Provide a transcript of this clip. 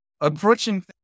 approaching